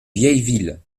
vieilleville